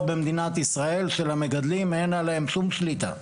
במדינת ישראל שלמגדלים אין עליהן שום שליטה.